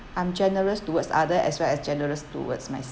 I'm generous towards other as well as generous towards